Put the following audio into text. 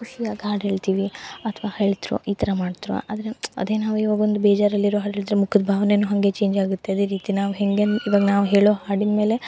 ಖುಷಿಯಾಗಿ ಹಾಡು ಹೇಳ್ತೀವಿ ಅಥವಾ ಹೇಳ್ತ್ರು ಈ ಥರ ಮಾಡ್ತ್ರು ಆದರೆ ಅದೇ ನಾವು ಇವಾಗೊಂದು ಬೇಜಾರಲ್ಲಿರೋ ಹಾಡು ಹೇಳಿದ್ರೆ ಮುಖದ ಭಾವ್ನೆಯೂ ಹಾಗೆ ಚೇಂಜ್ ಆಗುತ್ತೆ ಅದೇ ರೀತಿ ನಾವು ಹೇಗೆ ಇವಾಗ ನಾವು ಹೇಳೋ ಹಾಡಿನ ಮೇಲೆ